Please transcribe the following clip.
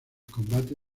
combate